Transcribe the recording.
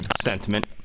Sentiment